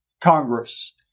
Congress